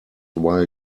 while